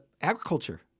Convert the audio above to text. agriculture